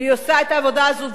והיא עושה את העבודה הזו,